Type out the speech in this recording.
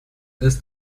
that